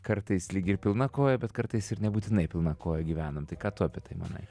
kartais lyg ir pilna koja bet kartais ir nebūtinai pilna koja gyvenam tai ką tu apie tai manai